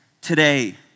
Today